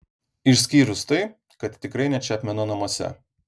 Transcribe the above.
išskyrus tai kad tikrai ne čepmeno namuose